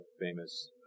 famous